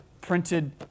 printed